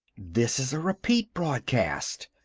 this is a repeat broadcast!